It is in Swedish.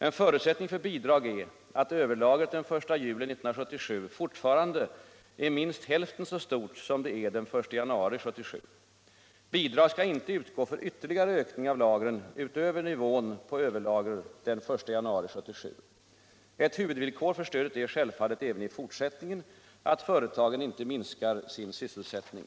En förutsättning för bidrag är att överlagret den 1 juli 1977 fortfarande är minst hälften så stort som det är den 1 januari 1977. Bidrag skall inte utgå för ytterligare ökning av lagren utöver nivån på överlagret den 1 januari 1977. Ett huvudvillkor för stödet är självfallet även i fortsättningen att företagen inte minskar sin sysselsättning.